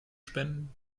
spenden